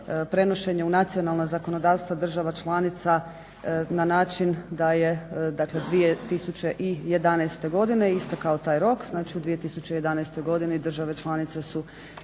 prenošenje u nacionalna zakonodavstva država članica na način da je 2011. godine istekao taj rok. Znači, u 2011. godini države članice su